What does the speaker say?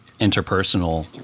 interpersonal